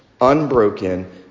unbroken